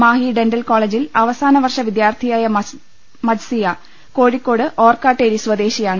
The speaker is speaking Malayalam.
മാഹി ഡെന്റൽ കോളേജിൽ അവസാന വർഷ വിദ്യാർത്ഥിയായ മജ്സിയ കോഴിക്കോട് ഓർക്കാട്ടേരി സ്വദേശിയാണ്